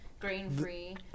grain-free